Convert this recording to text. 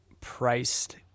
priced